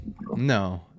No